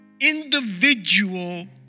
individual